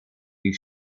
die